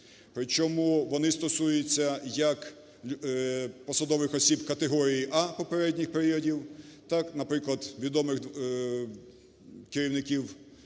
причому вони стосуються як посадових осіб категорії "А" попередніх періодів (так, наприклад, відомих керівників